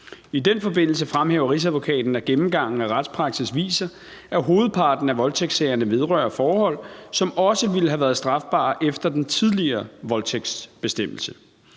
I den forbindelse fremhæver Rigsadvokaten, at gennemgangen af retspraksis viser, at hovedparten af voldtægtssagerne vedrører forhold, som også ville have været strafbare efter den tidligere voldtægtsbestemmelse.